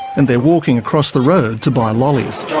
and they're walking across the road to buy and lollies.